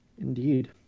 indeed